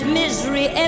misery